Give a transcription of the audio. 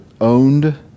owned